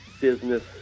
business